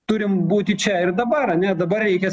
turim būti čia ir dabar ar ne dabar reikės